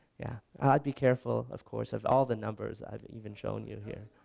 yeah ah i'd be careful of course of all the numbers i've even shown you here.